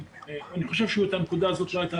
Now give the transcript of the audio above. אני חושב שאת הנקודה הזאת שבה הייתה